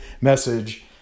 message